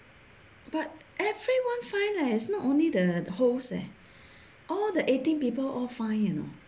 but everyone fine leh it's not only the host eh all the eighteen people all fine you know